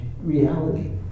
reality